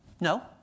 No